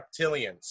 reptilians